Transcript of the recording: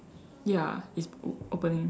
ya it's o~ opening